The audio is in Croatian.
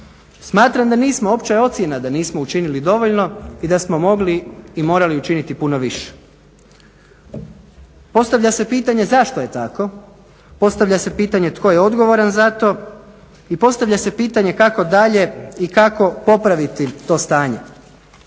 Smatram da nismo, opća je ocjena da nismo učinili dovoljno i da smo mogli i morali učiniti puno više. Postavlja se pitanje zašto je tako, postavlja se pitanje tko je odgovoran za to i postavlja se pitanje kako dalje i kako popraviti to stanje.